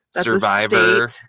survivor